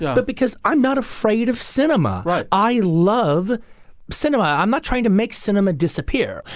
but because i'm not afraid of cinema. but i love cinema. i'm not trying to make cinema disappear.